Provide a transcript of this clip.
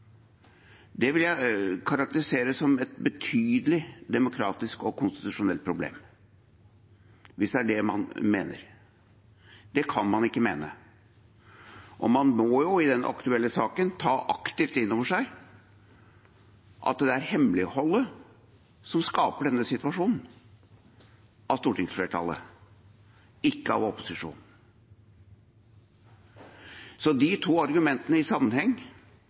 Det vil jeg karakterisere som et betydelig demokratisk og konstitusjonelt problem, hvis det er det man mener. Det kan man ikke mene. I den aktuelle saken må man ta aktivt inn over seg at det er hemmeligholdet som skaper denne situasjonen – av stortingsflertallet, ikke av opposisjonen. De to argumentene i sammenheng